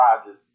Rodgers